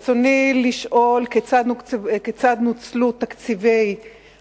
רצוני לשאול: 1. כיצד נוצלו תקציב